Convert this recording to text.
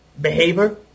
behavior